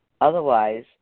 Otherwise